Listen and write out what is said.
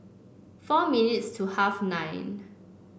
four minutes to half nine